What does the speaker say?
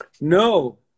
No